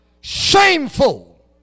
Shameful